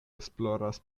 esploras